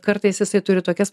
kartais jisai turi tokias